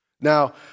Now